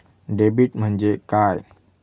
Debit म्हणजे काय?